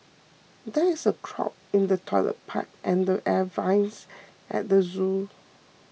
there is a clog in the Toilet Pipe and the Air Vents at the zoo